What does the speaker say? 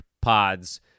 Pods